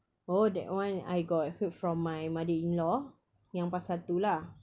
oh that one I got heard from my mother-in-law yang pasal tu lah